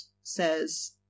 says